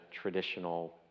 traditional